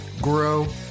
grow